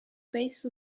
base